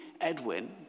Edwin